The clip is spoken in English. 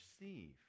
receive